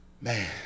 Man